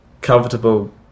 comfortable